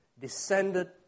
descended